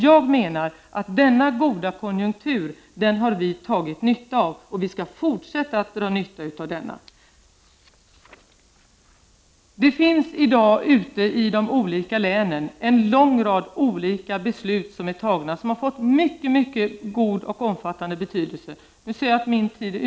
Jag menar ändå att denna konjunktur är något som vi har dragit nytta av, och den skall vi fortsätta att dra nytta av. I dag finns det ute i de olika länen en lång rad beslut som fattats och som har mycket god och omfattande betydelse. Min taletid är slut. Där ser man vad tiden går!